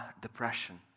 depression